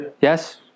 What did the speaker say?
Yes